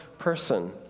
person